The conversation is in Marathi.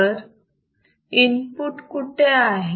तर इनपुट कुठे आहे